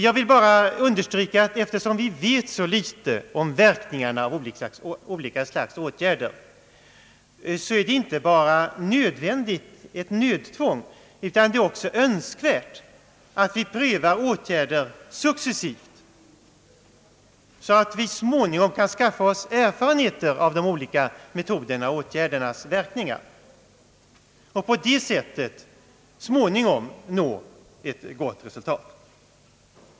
Jag vill bara understryka att eftersom vi vet så litet om verkningarna av olika slags åtgärder är det önskvärt att vi prövar åtgärder successivt så att vi så småningom kan skaffa oss erfarenheter av de olika metodernas verkningar och på detta sätt så småningom nå ett gott resultat.